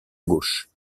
gauche